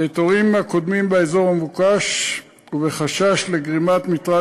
בהיתרים הקודמים באזור המבוקש ובחשש לגרימת מטרד